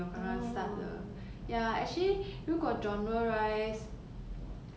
我有很我有时候看 action then 有时候看 like